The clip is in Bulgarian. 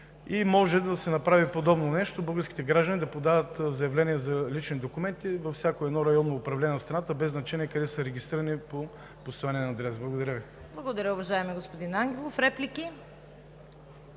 и може да се направи подобно нещо българските граждани да подават заявления за лични документи във всяко едно районно управление на страната, без значение къде са регистрирани по постоянен адрес. Благодаря Ви. ПРЕДСЕДАТЕЛ ЦВЕТА КАРАЯНЧЕВА: Благодаря, уважаеми господин Ангелов. Реплики?